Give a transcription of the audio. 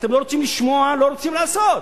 אתם לא רוצים לשמוע, לא רוצים לעשות.